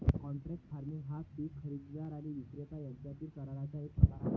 contract farming हा पीक खरेदीदार आणि विक्रेता यांच्यातील कराराचा एक प्रकार आहे